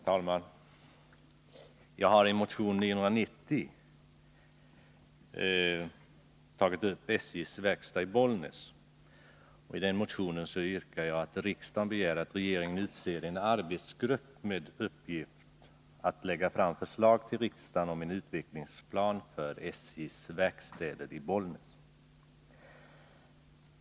Herr talman! Jag har i motion 990 tagit upp SJ:s verkstäder i Bollnäs. Jag yrkar att riksdagen begär att regeringen utser en arbetsgrupp med uppgift att lägga fram förslag till riksdagen om en utvecklingsplan för SJ:s verkstäder i Bollnäs.